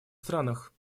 странах